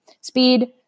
speed